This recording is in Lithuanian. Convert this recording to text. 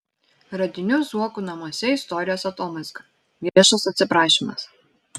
radinių zuokų namuose istorijos atomazga viešas atsiprašymas